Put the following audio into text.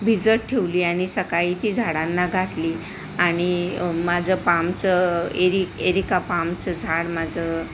भिजत ठेवली आणि सकाळी ती झाडांना घातली आणि माझं पामचं एरी एरिका पामचं झाड माझं